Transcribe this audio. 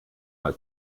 mal